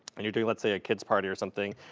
and you're doing let's say a kid's party or something,